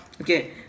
okay